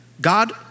God